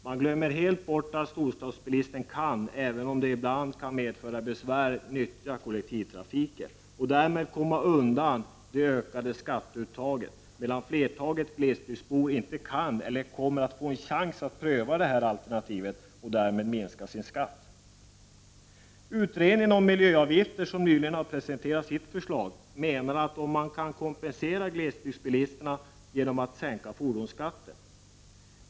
Man glömmer helt bort att storstadsbilisten, även om det ibland medför besvär, kan nyttja kollektivtrafiken och därmed komma undan det ökade skatteuttaget, medan flertalet glesbygdsbor inte kan eller kommer att få en chans att pröva det här alternativet för att därmed kunna minska sin skatt. Miljöavgiftsutredningen, som nyligen har presenterat sitt förslag, menar att man kan kompensera glesbygdsbilisterna genom att sänka fordonsskatten.